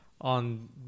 on